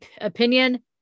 opinion